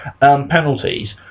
penalties